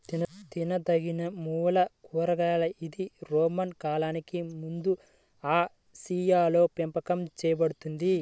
తినదగినమూల కూరగాయ ఇది రోమన్ కాలానికి ముందుఆసియాలోపెంపకం చేయబడింది